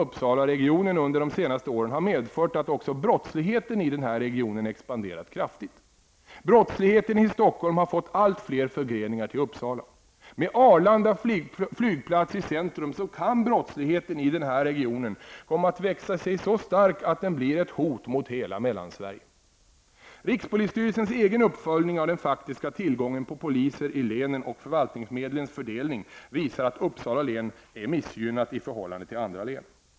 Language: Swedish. Uppsala-regionen under de senaste åren har medfört att också brottsligheten i nämnda region expanderat kraftigt. Brottsligheten i Stockholm har fått allt fler förgreningar till Uppsala. Med Arlanda flygplats i centrum kan brottsligheten i den här regionen komma att växa sig så stark att den blir ett hot mot hela Mellansverige. Rikspolisstyrelsens egen uppföljning av den faktiska tillgången på poliser i länen och förvaltningsmedlens fördelning visar att Uppsala län är missgynnat i förhållande till andra län.